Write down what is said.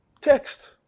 text